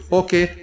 okay